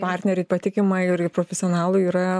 partnerį patikimą ir ir profesionalų yra